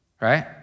Right